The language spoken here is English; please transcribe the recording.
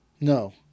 No